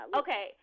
okay